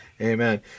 Amen